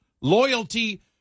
Loyalty